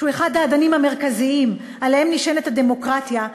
שהוא אחד האדנים המרכזיים שעליהם נשענת הדמוקרטיה,